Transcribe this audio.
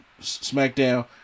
SmackDown